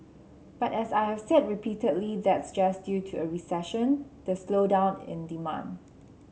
but as I've said repeatedly that's just due to a recession the slowdown in demand